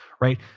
right